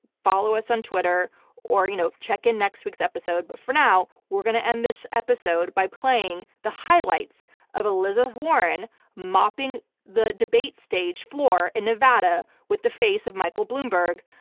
follow us on twitter or you know check in next week's episode, but for now we're going to end this episode by playing the highlights of elizabeth warren mopping the debate stage floor in nevada with the face of michael bloomberg,